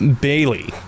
Bailey